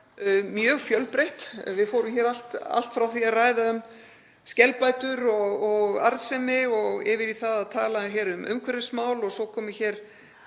mjög fjölbreytt. Við fórum allt frá því að ræða um skelbætur og arðsemi og yfir í það að tala um umhverfismál. Svo komu hér